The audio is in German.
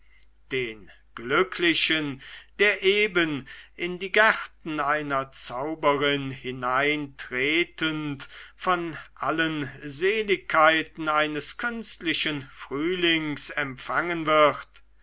den glücklichen der eben in die gärten einer zauberin hineintretend von allen seligkeiten eines künstlichen frühlings empfangen wird